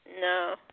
No